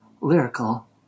lyrical